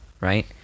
right